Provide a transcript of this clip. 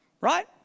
Right